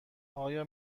آیا